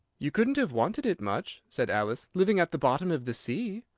you couldn't have wanted it much, said alice living at the bottom of the sea.